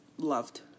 loved